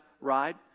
ride